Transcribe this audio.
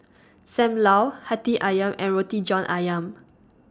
SAM Lau Hati Ayam and Roti John Ayam